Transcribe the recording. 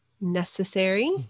necessary